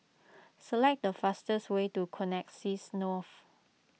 select the fastest way to Connexis North